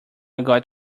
got